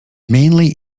mainly